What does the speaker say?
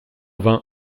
vain